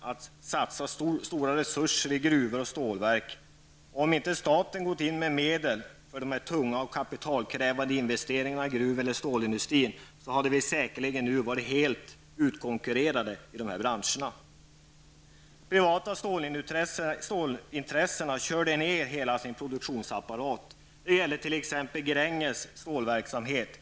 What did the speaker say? att satsa stora resurser i gruvor och stålverk. Om inte staten gått in med medel för de tunga och kapitalkrävande investeringarna i gruv och stålindustrin, hade vi säkerligen nu varit helt utkonkurrerade i dessa branscher. De privata stålintressena körde ner hela sin produktionsapparat. Det gällde t.ex. Gränges stålverkssmhet.